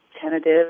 tentative